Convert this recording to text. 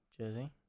Jersey